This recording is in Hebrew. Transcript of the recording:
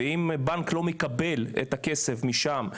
ואם בנק לא מקבל את הכסף משם,